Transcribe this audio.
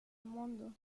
mundo